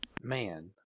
Man